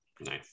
nice